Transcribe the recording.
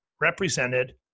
represented